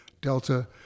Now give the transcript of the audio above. Delta